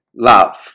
love